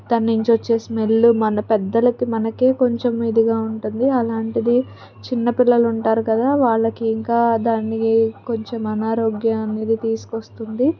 దాని నుంచి వచ్చే స్మెల్లు మన పెద్దలకి మనకే కొంచెం ఇదిగా ఉంటుంది అలాంటిది చిన్న పిల్లలు ఉంటారు కదా వాళ్ళకి ఇంకా దానికి కొంచెం అనారోగ్యం అనేది తీసుకొస్తుంది